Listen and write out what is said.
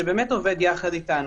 שעובד יחד איתנו,